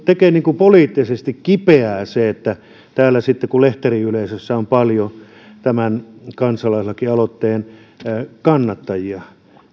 tekee poliittisesti kipeää se että täällä sitten kun lehteriyleisössä on paljon tämän kansalaislakialoitteen kannattajia